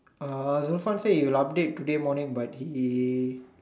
uh Zulfan said he'll update today morning but he